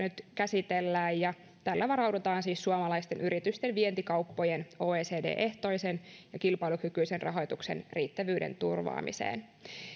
nyt käsitellään ja tällä varaudutaan siis suomalaisten yritysten vientikauppojen oecd ehtoisen ja kilpailukykyisen rahoituksen riittävyyden turvaamiseen